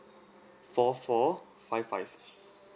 four four five five